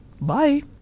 Bye